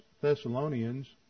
Thessalonians